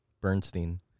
Bernstein